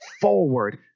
forward